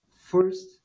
First